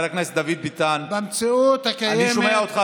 אני שומע אותך,